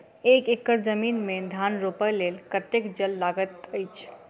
एक एकड़ जमीन मे धान रोपय लेल कतेक जल लागति अछि?